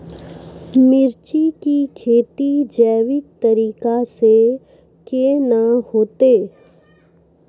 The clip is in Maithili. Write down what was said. मिर्ची की खेती जैविक तरीका से के ना होते?